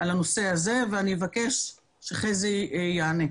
על הנושא הזה ואני אבקש שחזי יענה.